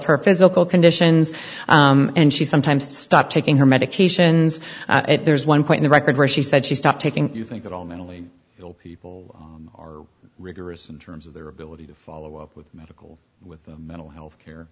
her physical conditions and she sometimes stop taking her medications there's one point in the record where she said she stopped taking you think that all mentally ill people are rigorous in terms of their ability to follow up with medical with mental health care